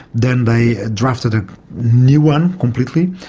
then they drafted a new one completely,